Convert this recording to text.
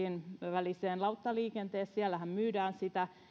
väliseen lauttaliikenteeseen siellähän myydään sitä